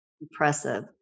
impressive